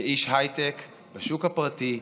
כאיש הייטק בשוק הפרטי,